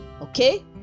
Okay